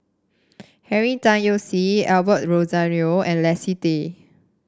Henry Tan Yoke See Osbert Rozario and Leslie Tay